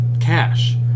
cash